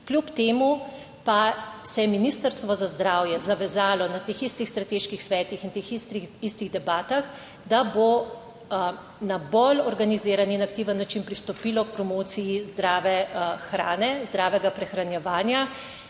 Kljub temu pa se je Ministrstvo za zdravje zavezalo na teh istih strateških svetih in teh istih, istih debatah, da bo na bolj organiziran in aktiven način pristopilo k promociji zdrave hrane, zdravega prehranjevanja